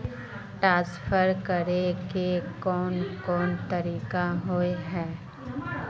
Transfer करे के कोन कोन तरीका होय है?